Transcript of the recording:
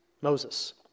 Moses